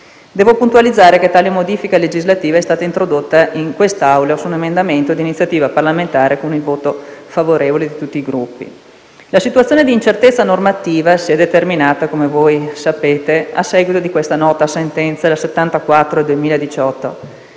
Devo puntualizzare che tale modifica legislativa è stata introdotta in quest'Aula tramite un emendamento d'iniziativa parlamentare con il voto favorevole di tutti i Gruppi. La situazione di incertezza normativa si è determinata - come sapete - a seguito della nota sentenza n. 74